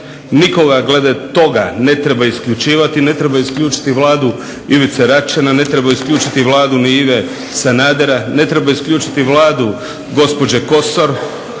nikoga glede toga ne treba isključivati, ne treba isključiti Vladu Ivice Račana, ne treba isključiti Vladu ni Ive Sanadera, ne treba isključiti Vladu gospođe Kosor,